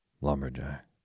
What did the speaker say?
Lumberjack